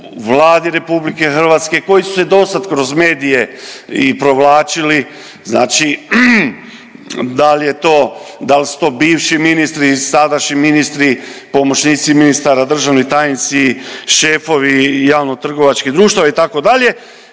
Vladi Republike Hrvatske koji su se do sad kroz medije i provlačili. Znači da li su to bivši ministri ili sadašnji ministri, pomoćnici ministara, državni tajnici, šefovi javno-trgovačkih društava itd.